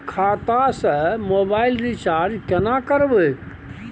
खाता स mobile recharge केना करबे?